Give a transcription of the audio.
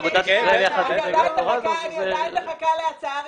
אני עדיין מחכה להצעה הרשמית.